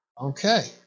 Okay